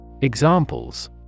Examples